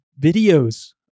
videos